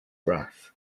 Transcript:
breath